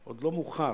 עוד לא מאוחר.